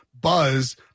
buzz